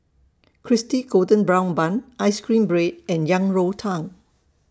Crispy Golden Brown Bun Ice Cream Bread and Yang Rou Tang